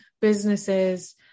businesses